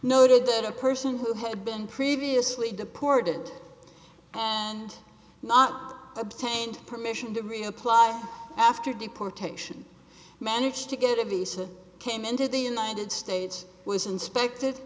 noted that a person who had been previously deported and not obtained permission to reapply after deportation managed to get a visa came into the united states was inspected